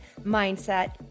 mindset